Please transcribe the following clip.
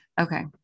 Okay